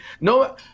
No